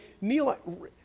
Neil